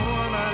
one